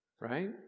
right